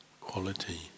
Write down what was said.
quality